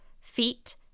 feet